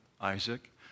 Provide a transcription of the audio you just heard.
Isaac